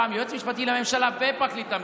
הפעם היועץ המשפטי לממשלה ופרקליט המדינה,